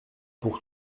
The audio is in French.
pour